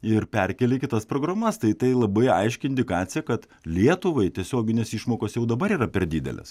ir perkėlė į kitas programas tai tai labai aiški indikacija kad lietuvai tiesioginės išmokos jau dabar yra per didelės